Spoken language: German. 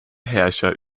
herrscher